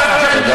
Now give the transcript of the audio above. הבנתם?